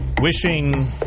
wishing